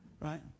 right